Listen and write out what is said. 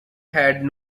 had